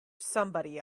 somebody